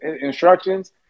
instructions